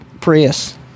Prius